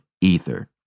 Ether